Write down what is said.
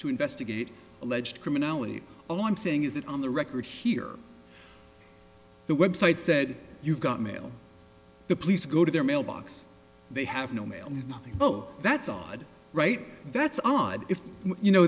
to investigate alleged criminality all i'm saying is that on the record here the website said you've got mail the police go to their mailbox they have no mail nothing oh that's odd right that's odd if you know